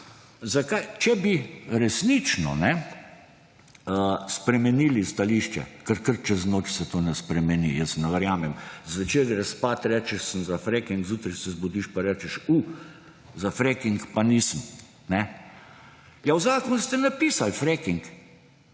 Če bi resnično spremenili stališče, ker kar čez noč se to ne spremeni. Jaz ne verjamem, zvečer greš spat, rečeš sem za fracking, zjutraj se zbudiš pa rečeš, uh za fracking pa nisem. Ja, v zakon ste napisali fracking.